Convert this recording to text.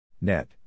Net